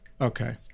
okay